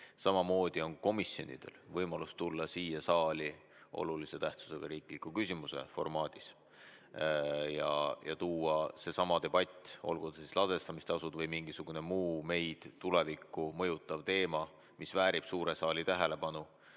Samamoodi on komisjonidel võimalus tulla siia saali olulise tähtsusega riikliku küsimuse formaadis ja tuua seesama debatt, olgu see ladestamistasude [küsimus] või mingisugune muu meie tulevikku mõjutav teema, mis väärib suure saali tähelepanu,